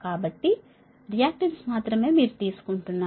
కాబట్టి రియాక్టన్స్ మాత్రమే మీరు తీసుకుంటున్నారు